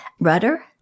rudder